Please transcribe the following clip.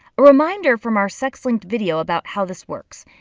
a reminder from our sex-linked video about how this works.